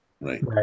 Right